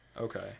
okay